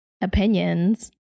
opinions